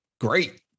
Great